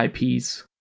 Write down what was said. IPs